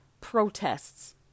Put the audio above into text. protests